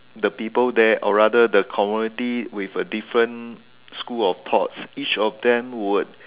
the people there or rather the community with a different school of thoughts each of them would